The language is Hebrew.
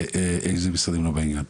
איזה משרדים לא בעניין.